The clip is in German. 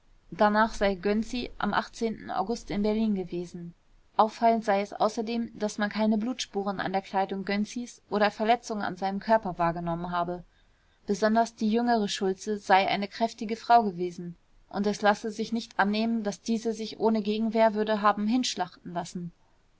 danach sei gönczi am august in berlin gewesen auffallend sei es außerdem daß man keine blutspuren an der kleidung gönczis oder verletzungen an seinem körper wahrgenommen habe besonders die jüngere schultze sei eine kräftige frau gewesen und es lasse sich nicht annehmen daß diese sich ohne gegenwehr würde haben hinschlachten lassen